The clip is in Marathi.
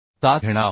7 घेणार आहोत